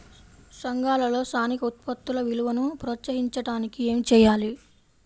సంఘాలలో స్థానిక ఉత్పత్తుల విలువను ప్రోత్సహించడానికి ఏమి చేయాలి?